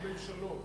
הממשלות.